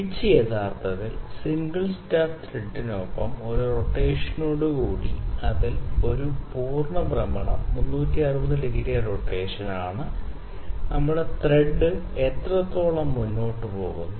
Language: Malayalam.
പിച്ച് യഥാർത്ഥത്തിൽ സിംഗിൾ സ്റ്റാർട്ട് ത്രെഡിനൊപ്പം ഒരു റൊട്ടേഷനോടുകൂടി അതിൽ ഒരു പൂർണ്ണ ഭ്രമണം 360 ഡിഗ്രി റൊട്ടേഷൻ ആണ് നമ്മുടെ ത്രെഡ് എത്രത്തോളം മുന്നോട്ട് പോകുന്നു